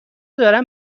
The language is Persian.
دارم